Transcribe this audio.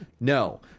No